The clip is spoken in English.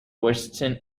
western